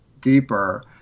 deeper